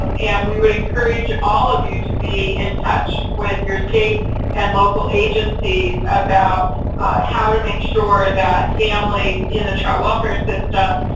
and we would encourage all of you to be in touch with your state and local agencies about how to make sure that families in the child welfare system,